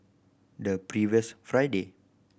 the previous Friday